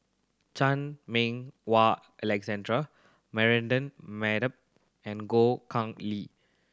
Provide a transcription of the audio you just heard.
Chan Meng Wah Alexander Mardan Madat and Goh Khang Lee